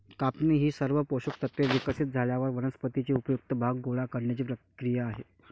कापणी ही सर्व पोषक तत्त्वे विकसित झाल्यावर वनस्पतीचे उपयुक्त भाग गोळा करण्याची क्रिया आहे